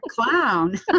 clown